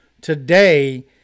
today